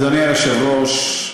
אדוני היושב-ראש,